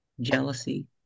jealousy